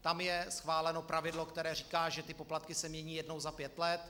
Tam je schváleno pravidlo, které říká, že poplatky se mění jednou za pět let.